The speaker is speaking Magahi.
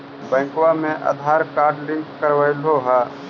बैंकवा मे आधार कार्ड लिंक करवैलहो है?